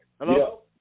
Hello